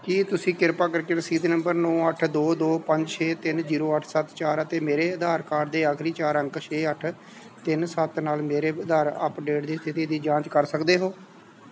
ਕੀ ਤੁਸੀਂ ਕਿਰਪਾ ਕਰਕੇ ਰਸੀਦ ਨੰਬਰ ਨੌਂ ਅੱਠ ਦੋ ਦੋ ਪੰਜ ਛੇ ਤਿੰਨ ਜੀਰੋ ਅੱਠ ਸੱਤ ਚਾਰ ਅਤੇ ਮੇਰੇ ਆਧਾਰ ਕਾਰਡ ਦੇ ਆਖਰੀ ਚਾਰ ਅੰਕ ਛੇ ਅੱਠ ਤਿੰਨ ਸੱਤ ਨਾਲ ਮੇਰੇ ਆਧਾਰ ਅੱਪਡੇਟ ਦੀ ਸਥਿਤੀ ਦੀ ਜਾਂਚ ਕਰ ਸਕਦੇ ਹੋ